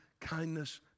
kindness